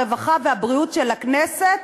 הרווחה והבריאות של הכנסת?